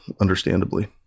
understandably